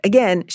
Again